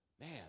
Man